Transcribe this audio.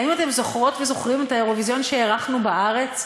האם אתם זוכרות וזוכרים את האירוויזיון שאירחנו בארץ,